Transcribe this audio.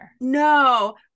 No